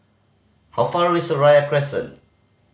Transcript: how far away Seraya Crescent